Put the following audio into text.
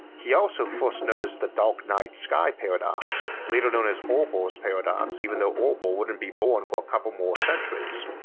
he also first noted the dark night sky paradox, later known as olber's paradox even though olber wouldn't be born for a couple more centuries.